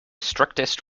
strictest